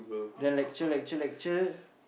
then lecture lecture lecture